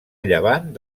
llevant